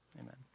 amen